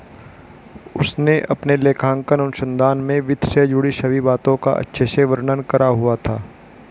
उसने अपने लेखांकन अनुसंधान में वित्त से जुड़ी सभी बातों का अच्छे से वर्णन करा हुआ था